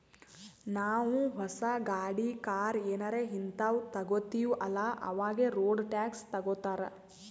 ನಾವೂ ಹೊಸ ಗಾಡಿ, ಕಾರ್ ಏನಾರೇ ಹಿಂತಾವ್ ತಗೊತ್ತಿವ್ ಅಲ್ಲಾ ಅವಾಗೆ ರೋಡ್ ಟ್ಯಾಕ್ಸ್ ತಗೋತ್ತಾರ್